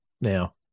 Now